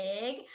big